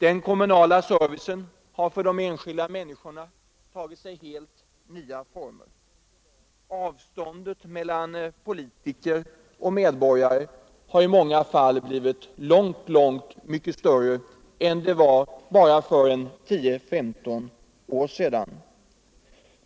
Den kommunala servicen har för de enskilda människorna tagit helt nya former. Avståndet mellan politiker och medborgare har i många fall blivit långt större än det var för bara 10-15 år sedan.